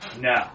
No